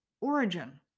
origin